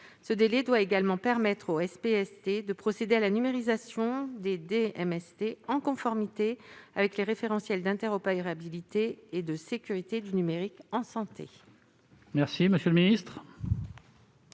et de santé au travail (SPST) de procéder à la numérisation des DMST, en conformité avec les référentiels d'interopérabilité et de sécurité du numérique en santé.